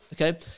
Okay